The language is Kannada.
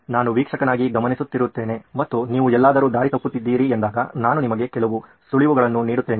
ನಾನು ವೀಕ್ಷಕನಾಗಿ ಗಮನಿಸುತ್ತಿರುತ್ತೇನೆ ಮತ್ತು ನೀವು ಎಲ್ಲಾದರು ದಾರಿ ತಪ್ಪುತಿದ್ದೀರಿ ಎಂದಾಗ ನಾನು ನಿಮಗೆ ಕೆಲವು ಸುಳಿವುಗಳನ್ನು ನೀಡುತ್ತೇನೆ